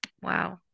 Wow